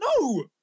No